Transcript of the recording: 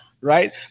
Right